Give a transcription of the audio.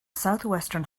southwestern